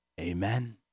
Amen